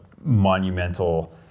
monumental